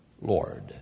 Lord